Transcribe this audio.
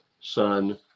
son